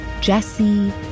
Jesse